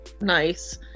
nice